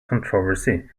controversy